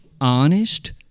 Honest